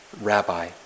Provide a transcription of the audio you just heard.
Rabbi